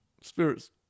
spirits